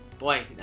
Boy